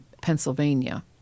Pennsylvania